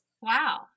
Wow